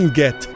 get